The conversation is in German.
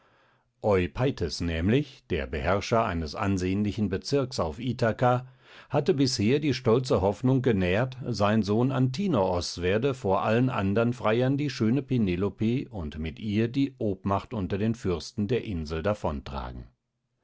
nämlich der beherrscher eines ansehnlichen bezirks auf ithaka hatte bisher die stolze hoffnung genährt sein sohn antinoos werde vor allen andern freiern die schöne penelope und mit ihr die obmacht unter den fürsten der insel